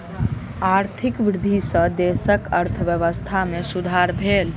आर्थिक वृद्धि सॅ देशक अर्थव्यवस्था में सुधार भेल